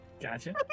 Gotcha